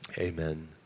Amen